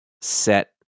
set